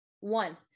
One